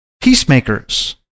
peacemakers